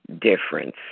difference